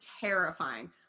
terrifying